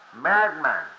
madman